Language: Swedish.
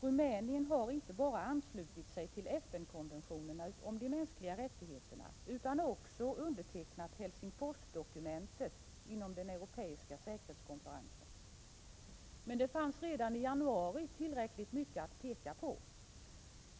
Rumänien har inte bara anslutit sig till FN-konventionen om de mänskliga rättigheterna utan också undertecknat Helsingforsdokumentet inom den europeiska säkerhetskonferensen. Men det fanns redan i januari tillräckligt mycket att peka på.